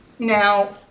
now